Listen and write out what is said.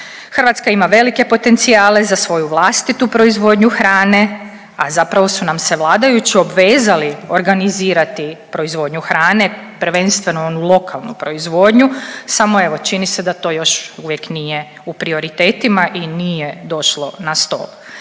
Hrvatska ima velike potencijale za svoju vlastitu proizvodnju hrane, a zapravo su nam se vladajući obvezali organizirati proizvodnju hrane, prvenstveno onu lokalnu proizvodnju samo evo čini se da to još uvijek nije u prioritetima i nije došlo na stol.